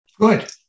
Good